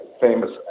famous